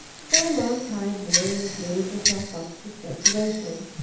for a long time marian gave herself up to speculation.